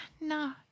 no